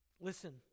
Listen